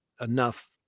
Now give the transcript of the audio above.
enough